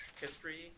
history